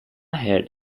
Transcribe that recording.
heard